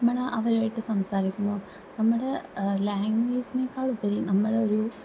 നമ്മള് അവരുവായിട്ട് സംസാരിക്കുമ്പോൾ നമ്മുടെ ലാംഗ്വേജിനേക്കാളുപരി നമ്മളൊരു